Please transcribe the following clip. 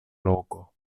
loko